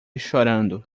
chorando